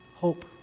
Hope